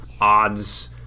odds